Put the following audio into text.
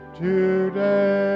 today